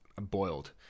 boiled